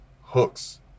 hooks